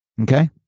Okay